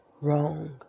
wrong